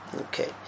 Okay